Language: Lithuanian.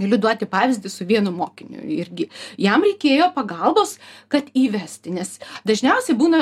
galiu duoti pavyzdį su vienu mokiniu irgi jam reikėjo pagalbos kad įvesti nes dažniausiai būna